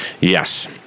Yes